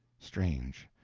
strange.